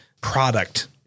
product